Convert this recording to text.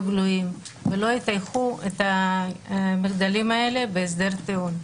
גלויים ולא יטייחו את המחדלים האלה בהסדר טיעון.